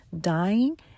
dying